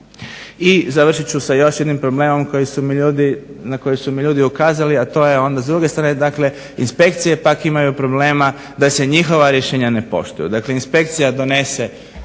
I završit ću sa još jednim problemom na koji su mi ljudi ukazali, a to je onda s druge strane dakle inspekcije pak imaju problema da se njihova rješenja ne poštuju.